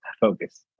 focus